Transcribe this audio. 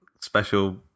special